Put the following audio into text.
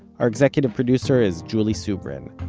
our executive producer is julie subrin.